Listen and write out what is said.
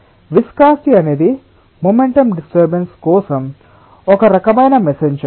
కాబట్టి విస్కాసిటి అనేది momentum disturbance కోసం ఒక రకమైన మెసేన్జర్